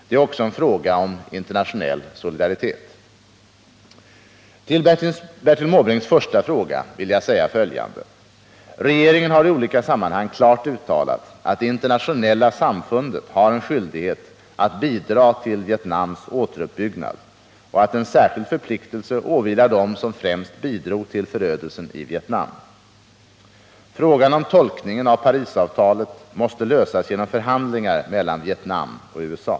Det är också en fråga om internationell solidaritet. På Bertil Måbrinks första fråga vill jag svara följande. Regeringen har i olika sammanhang klart uttalat, att det internationella samfundet har en skyldighet att bidra till Vietnams återuppbyggnad och att en särskild förpliktelse åvilar dem som främst bidrog till förödelsen i Vietnam. Frågan om tolkningen av Parisavtalet måste lösas genom förhandlingar mellan Vietnam och USA.